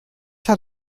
hat